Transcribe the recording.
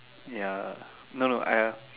ya no no I